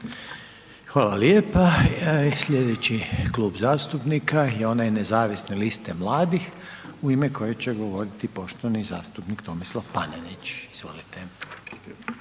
Hvala lijepa. Sljedeći klub zastupnika je onaj Nezavisne liste mladih u ime koje će govoriti poštovani zastupnik Tomislav Panenić. Izvolite.